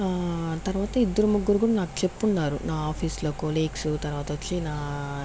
తర్వాత ఇద్దరు ముగ్గురు కూడా నాకు చెప్పిన్నారు నా ఆఫీసులో కోలేక్స్ తర్వాత వచ్చి నా